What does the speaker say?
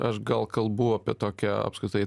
aš gal kalbu apie tokią apskritai